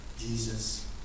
Jesus